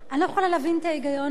אני לא יכולה להבין את ההיגיון הזה.